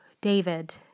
David